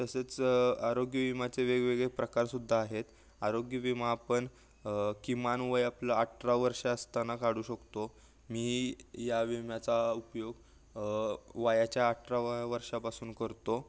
तसेच आरोग्यविमाचे वेगवेगळे प्रकारसुद्धा आहेत आरोग्यविमा आपन किमान वय आपलं अठरा वर्ष असताना काढू शकतो मी या विम्याचा उपयोग वयाच्या अठराव्या वर्षापासून करतो